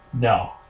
No